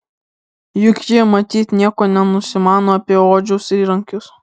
juk ji matyt nieko nenusimano apie odžiaus įrankius